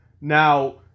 Now